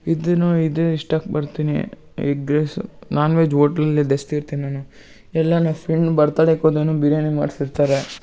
ಇದೂ ಇದು ಇಷ್ಟಾಕ್ ಬರ್ತೀನಿ ಎಗ್ ರೈಸು ನಾನ್ ವೆಜ್ ಓಟ್ಲಲ್ಲಿ ಜಾಸ್ತಿ ಇರ್ತೀನಿ ನಾನು ಎಲ್ಲ ನಾ ಫ್ರೆಂಡ್ ಬರ್ತಡೆಗೆ ಹೋದೋನು ಬಿರ್ಯಾನಿ ಮಾಡಿಸಿರ್ತಾರೆ